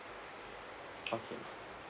okay